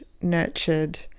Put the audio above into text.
nurtured